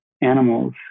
animals